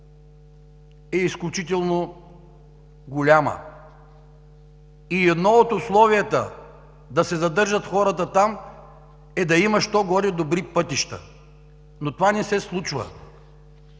е изключително голяма. Едно от условията да се задържат хората там е да има що-годе добри пътища, но това не се случва.